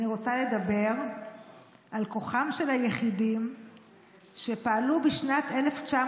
אני רוצה לדבר על כוחם של היחידים שפעלו בשנת 1970